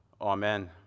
amen